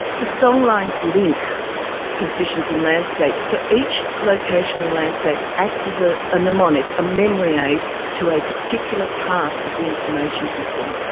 the songlines link positions in landscape. so each location in the landscape acts as ah a mnemonic, a memory aid to a particular part of the information system.